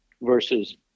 versus